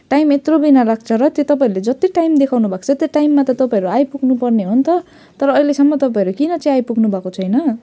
time यत्रो बिना लाग्छ र त्यो तपाईँहरूले जत्ति टाइम देखाउनु भएको छ त्यो टाइममा त तपाईँहरू आइपुग्नुपर्ने हो नि त तर अहिलेसम्म तपाईँहरू किन चाहिँ आइपुग्नु भएको छैन